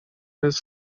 his